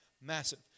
massive